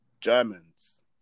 Germans